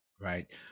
Right